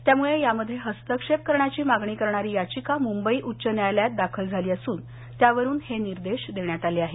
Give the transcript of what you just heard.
त्यामुळे यामध्ये हस्तक्षेप करण्याची मागणी करणारी याचिका मुंबई उच्च न्यायालयात दाखल झाली असून त्यावरून हे निर्देश देण्यात आले आहेत